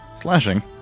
Slashing